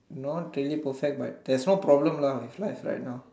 not really perfect but there's no problem lah with life right now